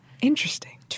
Interesting